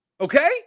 Okay